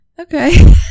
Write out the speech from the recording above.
okay